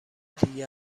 دیگه